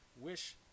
wish